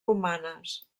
romanes